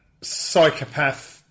psychopath